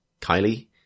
Kylie